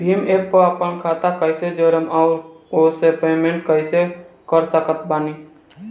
Bhim app पर आपन खाता के कईसे जोड़म आउर ओसे पेमेंट कईसे कर सकत बानी?